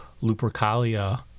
Lupercalia